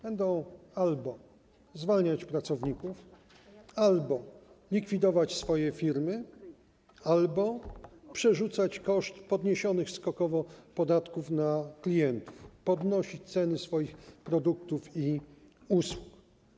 Będą albo zwalniać pracowników, albo likwidować swoje firmy, albo przerzucać koszt podniesionych skokowo podatków na klientów - podnosić ceny swoich produktów i usług.